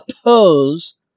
oppose